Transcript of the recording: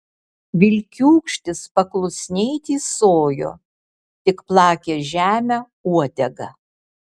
vilkiūkštis paklusniai tysojo tik plakė žemę uodegą